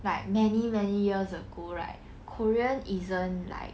like many many years ago right korea isn't like